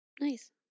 Nice